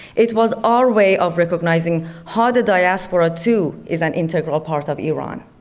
it was our way of recognizing how the diaspora too is an integral part of iran.